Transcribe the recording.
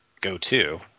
go-to